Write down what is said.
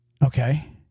Okay